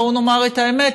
בואו נאמר את האמת,